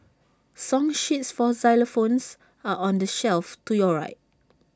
song sheets for xylophones are on the shelf to your right